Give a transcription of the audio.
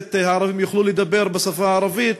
הכנסת הערבים יוכלו לדבר בשפה הערבית.